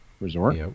Resort